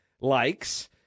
likes